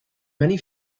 many